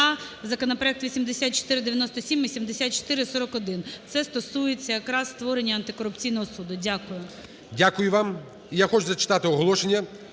законопроект 8497 і 7441. Це стосується якраз створення антикорупційного суду. Дякую. ГОЛОВУЮЧИЙ. Дякую вам. І я хочу зачитати оголошення,